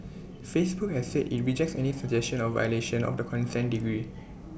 Facebook has said IT rejects any suggestion of violation of the consent decree